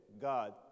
God